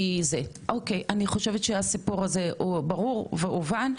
אוקי אני חושבת שהסיפור הזה הוא ברור והובן.